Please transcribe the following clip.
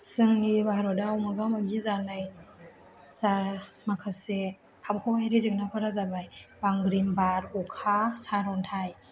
जोंनि भारतआव मोगा मोगि जानाय जा माखासे आबहावायारि जेंनाफोरा जाबाय बांग्रिं बार अखा सारन्थाय